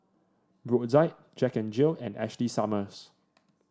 Brotzeit Jack N Jill and Ashley Summers